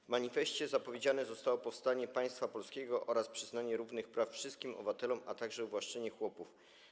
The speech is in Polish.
W manifeście zapowiedziane zostało powstanie państwa polskiego oraz przyznanie równych praw wszystkim obywatelom, a także uwłaszczenie chłopów.